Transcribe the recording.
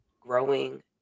growing